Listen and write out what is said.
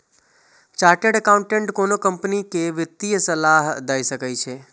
chartered accountant कोनो company कें वित्तीय सलाह दए सकै छै